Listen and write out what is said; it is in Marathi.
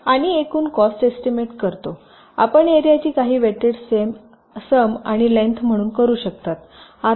आणि एकूण कोस्ट एस्टीमेट करतो आपण एरियाची काही वेटेड सम आणि लेन्थ म्हणून करू शकता